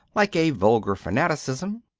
like a vulgar fanaticism.